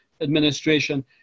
administration